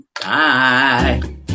Bye